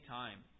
time